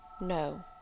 No